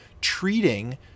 treating